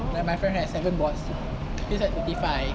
and my friend had seven boys is like thirty five